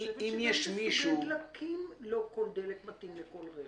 חושבת שגם בסוגי הדלקים לא כל דלק מתאים לכל רכב.